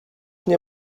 nie